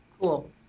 Cool